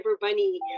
Bunny